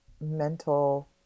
mental